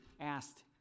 asked